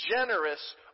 generous